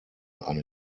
eine